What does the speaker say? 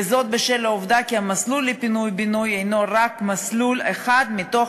וזאת בשל העובדה כי המסלול פינוי-בינוי הנו רק מסלול אחד מתוך